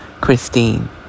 Christine